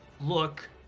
look